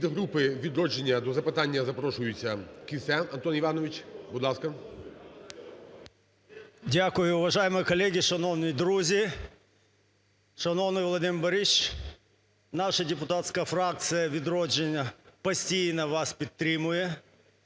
Дякую. Уважаемые коллеги, шановні друзі, шановний Володимире Борисовичу! Наша депутатська фракція "Відродження" постійно вас підтримує